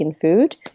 food